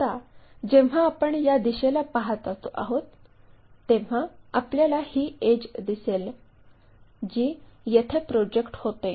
आता जेव्हा आपण या दिशेला पाहत आहोत तेव्हा आपल्याला ही एड्ज दिसेल जी येथे प्रोजेक्ट होते